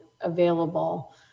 available